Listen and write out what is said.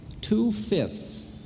two-fifths